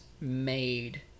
made